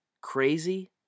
crazy